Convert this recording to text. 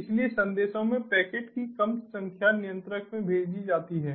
इसलिए संदेशों में पैकेट की कम संख्या नियंत्रक को भेजी जाती है